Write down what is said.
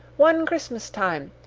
one christmas time,